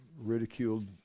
ridiculed